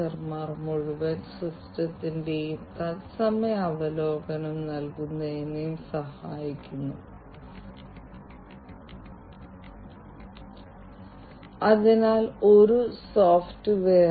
അതിനാൽ ഈ വ്യത്യസ്ത ഫാക്ടറികളിൽ പ്രവർത്തിക്കുന്ന വ്യക്തികളുടെ സ്വകാര്യതയെക്കുറിച്ച് ഒരാൾ ആശങ്കപ്പെടാൻ സാധ്യതയുണ്ട്